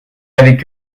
avec